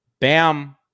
Bam